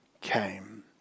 came